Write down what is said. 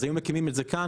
אז היו מקימים את זה כאן.